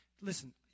listen